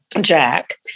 jack